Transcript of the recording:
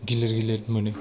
गिलिर गिलिर मोनो